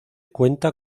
cuenta